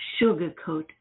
sugarcoat